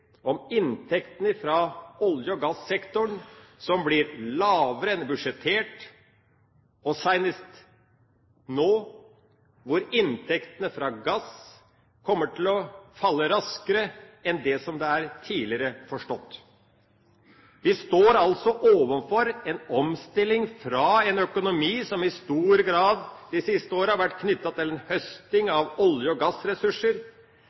om at inntektene fra olje- og gassektoren blir lavere enn budsjettert, og senest nå at inntektene fra gass kommer til å falle raskere enn det en tidligere har forstått. Vi står altså overfor en omstilling fra en økonomi som i stor grad de siste årene har vært knyttet til en høsting av olje- og gassressurser,